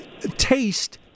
taste